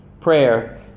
prayer